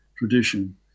tradition